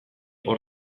hor